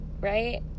right